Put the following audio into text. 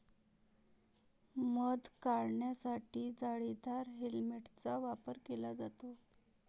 मध काढण्यासाठी जाळीदार हेल्मेटचा वापर केला जातो